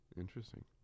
Interesting